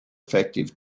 effective